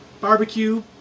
Barbecue